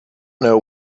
know